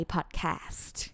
Podcast